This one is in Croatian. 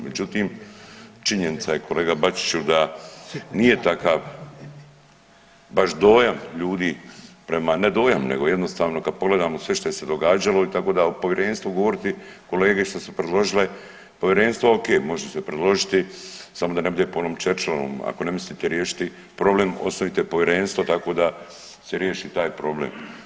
Međutim, činjenica je kolega Bačiću da nije takav baš dojam ljudi, ne dojam nego jednostavno kad pogledamo sve što se događalo, tako da o povjerenstvu govoriti kolege što su predložile, povjerenstvo oke, može se predložiti, samo da ne bude po onom Churchillovom ako ne mislite riješiti problem, osnujte povjerenstvo, tako da se riješi taj problem.